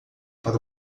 para